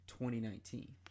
2019